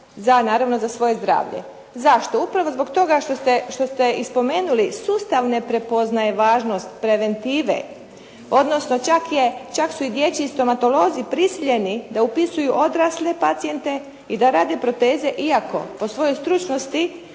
za svoje zdravlje. Zašto? Upravo zbog toga što ste i spomenuli sustav ne prepoznaje važnost preventive, odnosno čak su i dječji stomatolozi prisiljeni da upisuju odrasle pacijente i da rade proteze iako po svojoj stručnosti